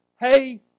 Hey